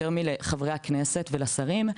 יותר מלחברי הכנסת ולשרים,